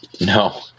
No